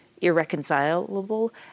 irreconcilable